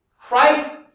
Christ